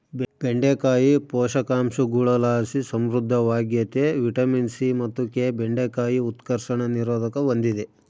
ಬೆಂಡೆಕಾಯಿ ಪೋಷಕಾಂಶಗುಳುಲಾಸಿ ಸಮೃದ್ಧವಾಗ್ಯತೆ ವಿಟಮಿನ್ ಸಿ ಮತ್ತು ಕೆ ಬೆಂಡೆಕಾಯಿ ಉತ್ಕರ್ಷಣ ನಿರೋಧಕ ಹೂಂದಿದೆ